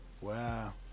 Wow